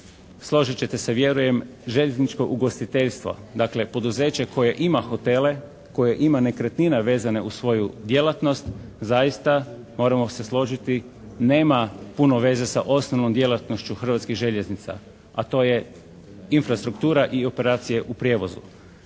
složit ćete se vjerujem željezničko ugostiteljstvo. Dakle, poduzeće koje ima hotele, koje ima nekretnina vezane uz svoju djelatnost zaista moramo se složiti nema puno vezano sa osnovnom djelatnošću Hrvatskih željeznica, a to je infrastruktura i operacije u prijevozu.